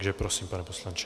Takže prosím, pane poslanče.